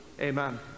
Amen